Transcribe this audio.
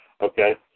Okay